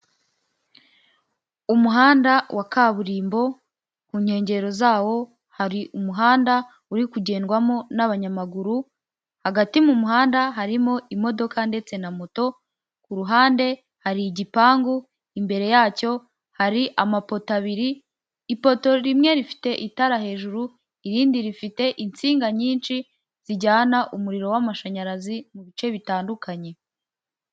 Umuhanda wa kaburimbo, ku nkengero zawo hari umuhanda uri kugendwamo n'abanyamaguru; hagati mu muhanda harimo imodoka ndetse na moto, ku ruhande hari igipangu, imbere yacyo hari amapoto abiri, ipoto rimwe rifite itara hejuru, irindi rifite insinga nyinshi zijyana umuriro w'amashanyarazi mu bice bitandukanye.